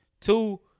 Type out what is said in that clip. Two